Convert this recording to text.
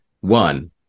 one